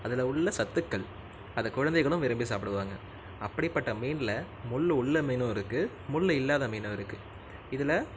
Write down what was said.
அதில் உள்ள சத்துக்கள் அதை குழந்தைகளும் விரும்பி சாப்பிடுவாங்க அப்படிப்பட்ட மீன்ல முள் உள்ள மீனும் இருக்குது முள் இல்லாத மீனும் இருக்குது இதில்